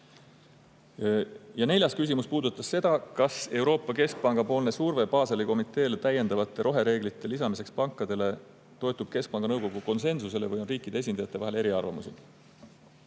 Neljas küsimus puudutas seda, kas Euroopa Keskpanga surve Baseli komiteele täiendavate rohereeglite lisamiseks pankadele toetub keskpanga nõukogu konsensusele või on riikide esindajate vahel eriarvamusi.